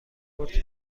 کورت